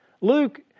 Luke